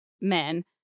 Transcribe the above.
men